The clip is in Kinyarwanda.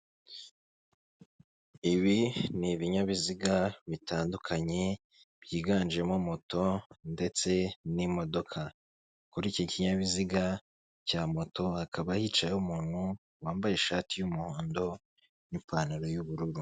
Ibi n'ibinyabiziga bitandukanye byiganjemo moto ndetse n'imodoka, kuri iki kinyabiziga cya moto hakaba hicayeho umuntu wambaye ishati y'umuhondo n'ipantalo y'ubururu.